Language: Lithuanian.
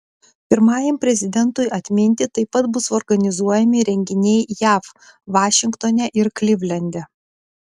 pirmajam prezidentui atminti taip pat bus organizuojami renginiai jav vašingtone ir klivlende